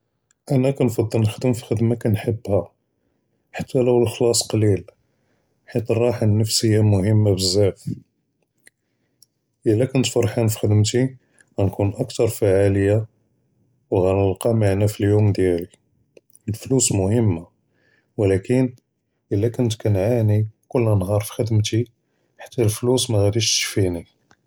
אני כנג’בּל נחדם פי ח’דמה כנחבה חתא ولو אלחלוס קליל חית אלרוחה אלנפסיה מ’המה בזאף חית א-א קינט פרחן פי ח’דמתי כנכון אכתר פע’ליה וגנלקא מעני פי אליום דיאלי. אלפלוס מ’המה ואלקין א-א קינט קנ’עי כל נהאר פי ח’דמתי חתא אלפלוס מגדיש תקפיני.